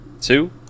two